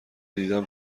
دیدم